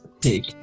take